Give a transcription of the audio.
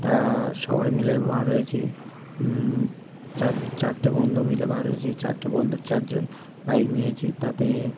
তা সবাই মিলে বার হয়েছি চার চারটে বন্ধু মিলে বার হয়েছি চারটে বন্ধুর চারজন বাইক নিয়েছি তাতে